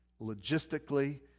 logistically